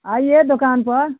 आइए दुकान पर